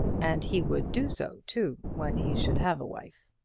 and he would do so, too, when he should have a wife.